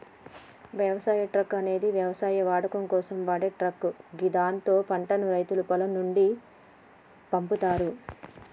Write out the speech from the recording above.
వ్యవసాయ ట్రక్ అనేది వ్యవసాయ వాడకం కోసం వాడే ట్రక్ గిదాంతో పంటను రైతులు పొలం నుండి పంపుతరు